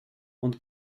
und